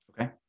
Okay